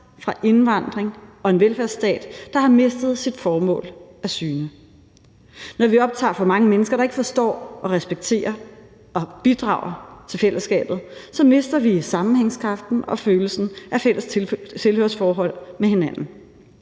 fra indvandring og en velfærdsstat, der har mistet sit formål af syne. Når vi optager for mange mennesker, der ikke forstår og respekterer og bidrager til fællesskabet, så mister vi sammenhængskraften og følelsen af fælles tilhørsforhold med hinanden.